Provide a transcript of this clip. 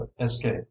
escape